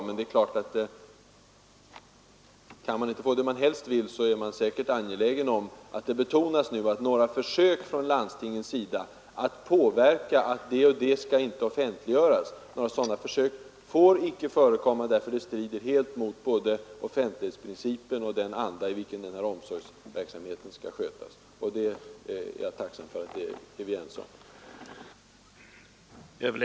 Men om man inte kan få vad man helst vill, är man säkert angelägen om att några försök från landstingets sida att hindra ett offentliggörande icke får förekom ma, eftersom sådana försök helt skulle strida mot både offentlighetsprincipen och den anda i vilken omsorgsverksamheten skall skötas. Det är bra att vi är överens om detta.